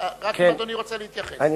רק אם אדוני רוצה להתייחס.